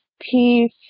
peace